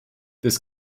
this